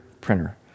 printer